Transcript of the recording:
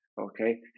Okay